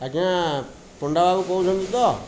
ଆଜ୍ଞା ପଣ୍ଡା ବାବୁ କହୁଛନ୍ତି ତ